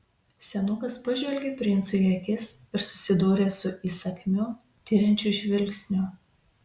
senukas pažvelgė princui į akis ir susidūrė su įsakmiu tiriančiu žvilgsniu